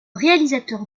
réalisateur